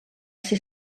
ser